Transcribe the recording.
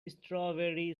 strawberry